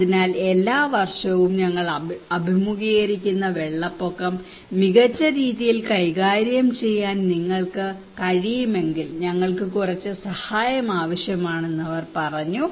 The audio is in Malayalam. അതിനാൽ എല്ലാ വർഷവും ഞങ്ങൾ അഭിമുഖീകരിക്കുന്ന വെള്ളപ്പൊക്കം മികച്ച രീതിയിൽ കൈകാര്യം ചെയ്യാൻ നിങ്ങൾക്ക് കഴിയുമെങ്കിൽ ഞങ്ങൾക്ക് കുറച്ച് സഹായം ആവശ്യമാണെന്ന് അവർ പറഞ്ഞു